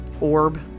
orb